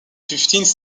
fifteenth